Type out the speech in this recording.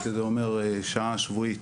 שזה אומר שעה שבועית